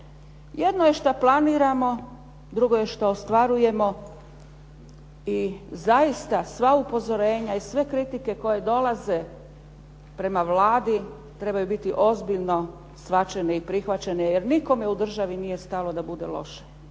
Jedno je što planiramo, drugo je što ostvarujemo i zaista sva upozorenja i sve kritike koje dolaze prema Vladi trebaju biti ozbiljno shvaćene i prihvaćene jer nikome u državni nije stalo da bude loše.